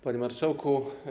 Panie Marszałku!